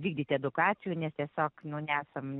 vykdyt edukacijų nes tiesiog nu nesam